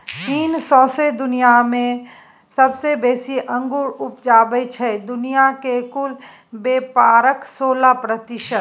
चीन सौंसे दुनियाँ मे सबसँ बेसी अंगुर उपजाबै छै दुनिया केर कुल बेपारक सोलह प्रतिशत